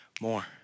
more